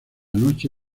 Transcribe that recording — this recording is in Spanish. noche